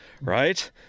right